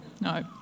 No